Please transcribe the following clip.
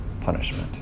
punishment